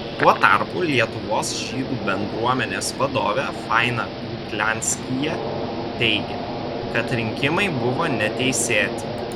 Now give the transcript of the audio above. tuo tarpu lietuvos žydų bendruomenės vadovė faina kuklianskyje teigia kad rinkimai buvo neteisėti